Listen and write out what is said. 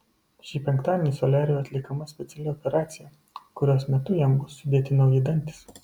šį penktadienį soliariui atliekama speciali operacija kurios metu jam bus sudėti nauji dantys